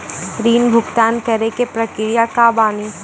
ऋण भुगतान करे के प्रक्रिया का बानी?